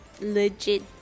legit